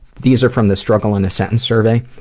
these are from the struggle in a sentence surveys.